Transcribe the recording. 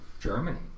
Germany